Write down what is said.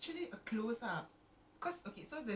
serious ah a full frontal is an eighteen jer